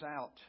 out